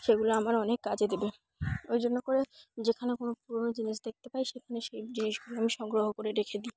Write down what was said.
সেগুলো আমার অনেক কাজে দেবে ওই জন্য করে যেখানে কোনো পুরোনো জিনিস দেখতে পাই সেখানে সেই জিনিসগুলো আমি সংগ্রহ করে রেখে দিই